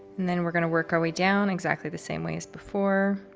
and then we're going to work our way down exactly the same way as before.